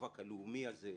במאבק הלאומי הזה,